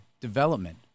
development